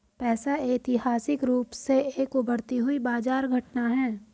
पैसा ऐतिहासिक रूप से एक उभरती हुई बाजार घटना है